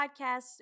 podcast